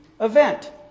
event